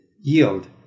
yield